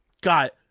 got